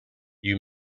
you